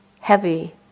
heavy